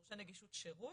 מורשי נגישות שירות,